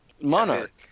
monarch